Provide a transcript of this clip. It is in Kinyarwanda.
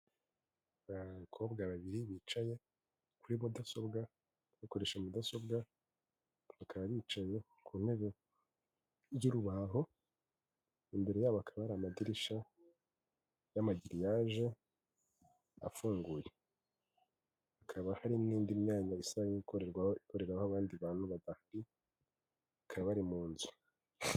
Hari abakobwa babiri bicaye kuri mudasobwa bakoresha mudasobwa bakaba bicaye ku ntebe y'urubaho imbere yabo bakaba ari amadirishya y'amagiriyaje afunguye, hakaba hari n'indi myanya isa nk'ikorerwaho ikoreraho abandi bantu badahari bakaba bari mu nzu.